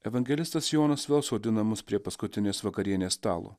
evangelistas jonas vėl sodinamas prie paskutinės vakarienės stalo